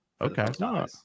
Okay